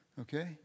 okay